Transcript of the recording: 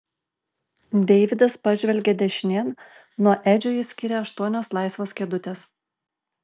deividas pažvelgė dešinėn nuo edžio jį skyrė aštuonios laisvos kėdutės